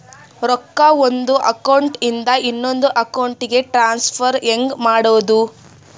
ರೊಕ್ಕ ಒಂದು ಅಕೌಂಟ್ ಇಂದ ಇನ್ನೊಂದು ಅಕೌಂಟಿಗೆ ಟ್ರಾನ್ಸ್ಫರ್ ಹೆಂಗ್ ಮಾಡೋದು?